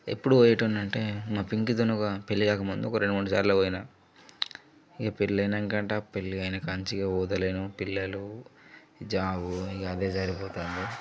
ఎప్పుడు పోయేవాడిని అంటే మా పింకీతోనుగా పెళ్లి కాక ముందు ఒక రెండు మూడు సార్లు పోయిన ఇంక పెళ్లయినాకంట పెళ్ళైన కాడ్నుంచి ఇక పోతలేను పిల్లలు జాబు ఇంక అదే సరిపోతుంది